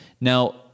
Now